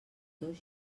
dos